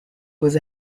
was